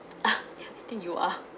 I think you are